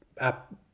App